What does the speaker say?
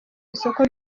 isoko